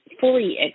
fully